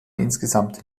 insgesamt